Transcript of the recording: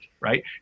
Right